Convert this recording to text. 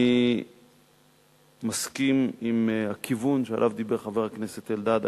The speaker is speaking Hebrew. אני מסכים לכיוון שעליו דיבר חבר הכנסת אלדד,